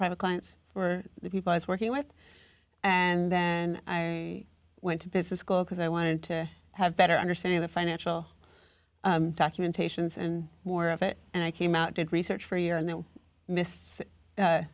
private clients for the people i was working with and then i went to business school because i wanted to have better understanding the financial documentations and more of it and i came out did research for